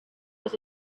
was